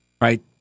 Right